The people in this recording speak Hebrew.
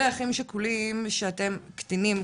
אלה אחים שכולים קטינים,